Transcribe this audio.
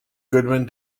goodman